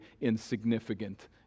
insignificant